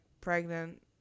pregnant